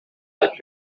pepe